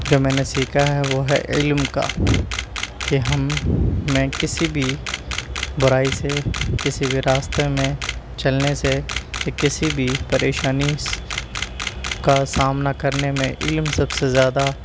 جو میں نے سیکھا ہے وہ ہے علم کا، کہ ہم میں کسی بھی برائی سے کسی بھی راستے میں چلنے سے یا کسی بھی پریشانی کا سامنا کر نے میں علم سب زیادہ